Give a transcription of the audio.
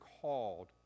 called